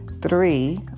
Three